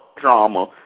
drama